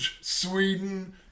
Sweden